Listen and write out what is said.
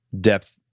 depth